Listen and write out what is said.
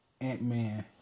Ant-Man